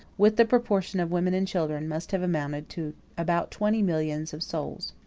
with the proportion of women and children, must have amounted to about twenty millions of souls.